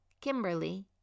Kimberly